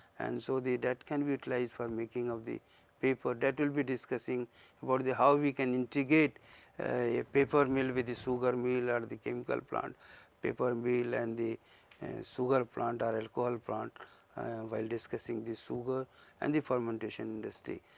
and so the that can be utilized for making of the paper that will be discussing about the, how we can integrate a paper mill with the sugar mill or the chemical plant paper mill and the sugar plant or alcohol plant while discussing the sugar and the fermentation industry.